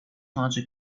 larger